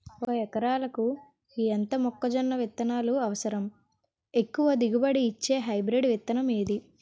ఒక ఎకరాలకు ఎంత మొక్కజొన్న విత్తనాలు అవసరం? ఎక్కువ దిగుబడి ఇచ్చే హైబ్రిడ్ విత్తనం ఏది?